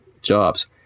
jobs